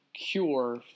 cure